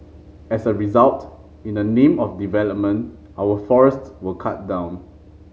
as a result in the name of development our forests were cut down